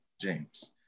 James